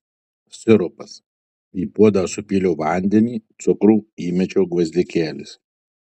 sirupas į puodą supyliau vandenį cukrų įmečiau gvazdikėlius